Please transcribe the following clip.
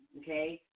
okay